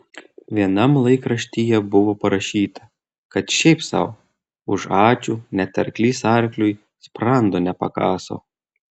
vienam laikraštyje buvo parašyta kad šiaip sau už ačiū net arklys arkliui sprando nepakaso